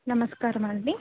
నమస్కారమండి